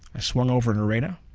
i swung over nareda.